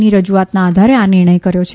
ની રજુઆતના આધારે આ નિર્ણય કર્યો છે